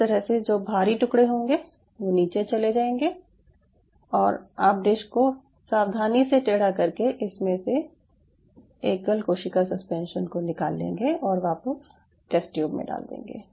इस तरह से जो भारी टुकड़े होंगे वो नीचे चले जाएंगे और आप डिश को सावधानी से टेढ़ा कर के इसमें से एकल कोशिका सस्पेंशन को निकाल लेंगे और वापस टेस्ट ट्यूब में डाल देंगे